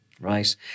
Right